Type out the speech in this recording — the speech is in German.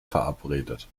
verabredet